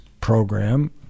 program